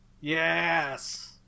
Yes